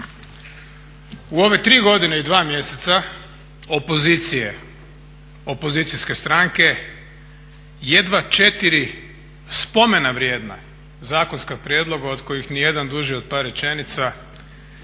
U ove tri godine i dva mjeseca opozicije opozicijske stranke jedva 4 spomena vrijedna zakonska prijedloga od kojih nijedan duži od par rečenica, Zakon